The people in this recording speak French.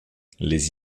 les